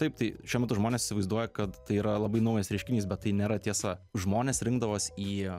taip tai šiuo metu žmonės įsivaizduoja kad tai yra labai naujas reiškinys bet tai nėra tiesa žmonės rinkdavos į